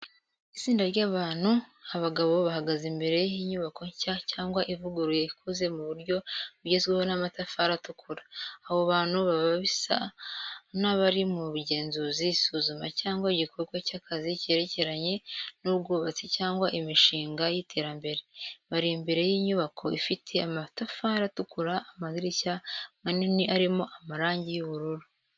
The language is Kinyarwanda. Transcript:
Itsinda ry’abantu abagabo bahagaze imbere y'inyubako nshya cyangwa ivuguruye ikoze mu buryo bugezweho n'amatafari atukura. Abo bantu baba bisa n’abari mu bugenzuzi isuzuma cyangwa igikorwa cy’akazi cyerekeranye n’ubwubatsi cyangwa imishinga y’iterambere. Bari imbere y’inyubako ifite amatafari atukura amadirishya manini arimo amarangi y'ubururu.